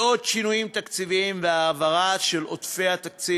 מאות שינויים תקציביים והעברה של עודפי תקציב